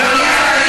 אדוני,